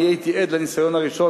אני הייתי עד לניסיון הראשון,